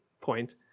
point